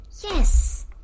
yes